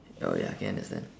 oh ya K understand